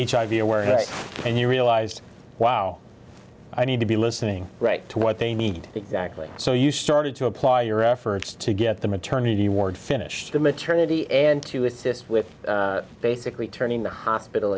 hiv awareness and you realized wow i need to be listening right to what they need exactly so you started to apply your efforts to get the maternity ward finished the maternity and to assist with basically turning the hospital